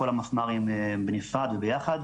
כל המפמ"רים בנפרד וביחד,